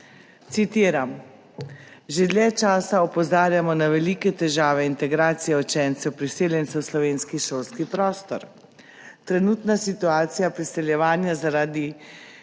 Citiram: »Že dlje časa opozarjamo na velike težave integracije učencev priseljencev v slovenski šolski prostor. Trenutna situacija priseljevanja zaradi